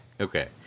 Okay